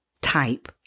type